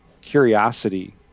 curiosity